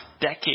decade